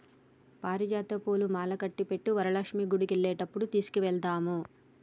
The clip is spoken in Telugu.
పారిజాత పూలు మాలకట్టి పెట్టు వరలక్ష్మి గుడికెళ్లేటప్పుడు తీసుకెళదాము